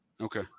Okay